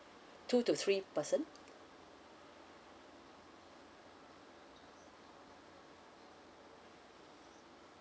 two to three person